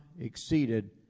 exceeded